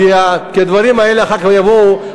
כי הדברים האלה אחר כך יבואו,